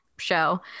Show